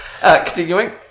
Continuing